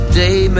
day